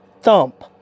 thump